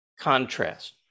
contrast